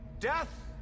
Death